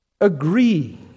agree